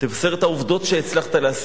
תפרסם את העובדות שהצלחת להשיג.